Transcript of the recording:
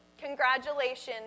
Congratulations